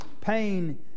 pain